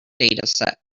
dataset